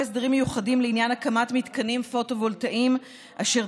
הסדרים מיוחדים לעניין הקמת מתקנים פוטו-וולטאיים אשר